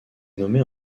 nommée